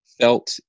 felt